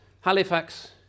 Halifax